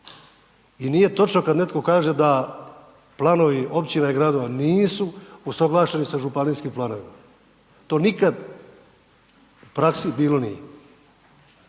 i nije točno kad netko kaže da planovi Općina i Gradova nisu usuglašeni sa Županijskim planovima. To nikad u praksi bilo nije.